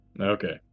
Okay